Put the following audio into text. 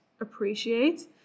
appreciate